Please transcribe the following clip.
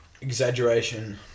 exaggeration